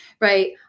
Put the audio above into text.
right